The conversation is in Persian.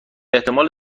احتمال